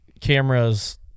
cameras